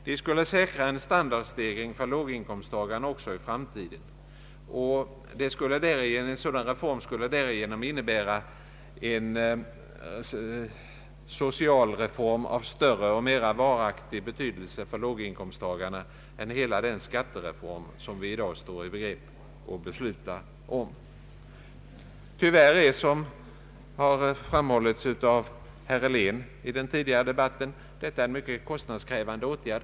Den skulle säkra en standardstegring för låginkomsttagarna också i framtiden, och den skulle därigenom innebära en social reform av större och mera varaktig betydelse för låginkomsttagarna än hela den skattereform som vi i dag står i begrepp att fatta beslut om. Tyvärr är detta — vilket framhållits av herr Helén i den tidigare debatten — en mycket konstnadskrävande åtgärd.